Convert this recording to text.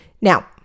Now